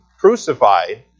crucified